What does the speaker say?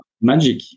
Magic